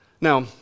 Now